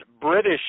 British